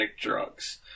drugs